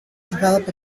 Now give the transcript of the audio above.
develop